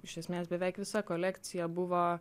iš esmės beveik visa kolekcija buvo